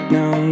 Now